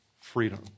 freedom